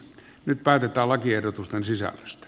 nyt päätetään lakiehdotusten sisällöstä